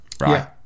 right